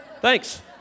Thanks